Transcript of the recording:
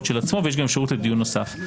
של עצמו ויש גם אפשרות לדיון נוסף.